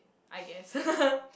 I guess